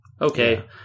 okay